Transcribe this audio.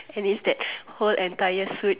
and it's that whole entire suit